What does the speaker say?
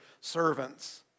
servants